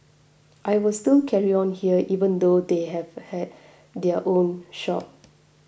I will still carry on here even though they have had their own shop